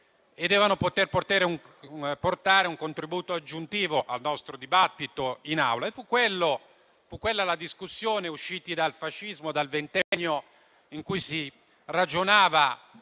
Devono poter portare un contributo aggiuntivo al nostro dibattito in Aula. Fu quella la discussione - usciti dal ventennio fascista - in cui si ragionò